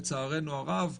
לצערנו הרב,